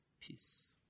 peace